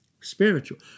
Spiritual